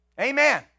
Amen